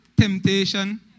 temptation